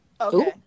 Okay